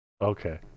Okay